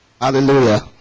Hallelujah